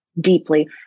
deeply